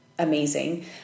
Amazing